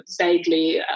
vaguely